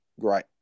great